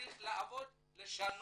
צריך לעבוד כדי לשנותה.